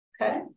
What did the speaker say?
Okay